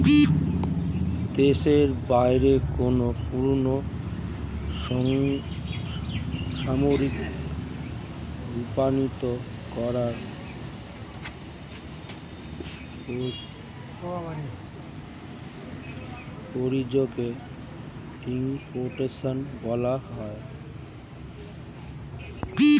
দেশের বাইরে কোনো পণ্য সামগ্রী রপ্তানি করার প্রক্রিয়াকে এক্সপোর্টেশন বলা হয়